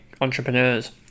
entrepreneurs